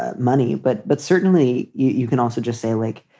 ah money, but but certainly you can also just say, like